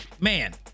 man